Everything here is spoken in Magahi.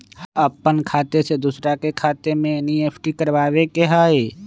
अपन खाते से दूसरा के खाता में एन.ई.एफ.टी करवावे के हई?